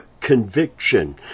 conviction